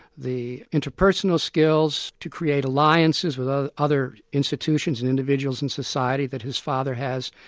the interpersonal skills to create alliances with ah other institutions and individuals in society that his father has?